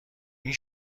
این